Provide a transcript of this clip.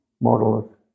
model